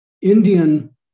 Indian